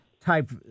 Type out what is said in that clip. type